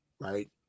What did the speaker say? right